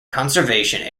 conservation